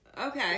Okay